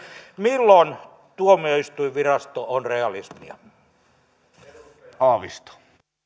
milloin tuomioistuinvirasto on realismia